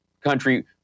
country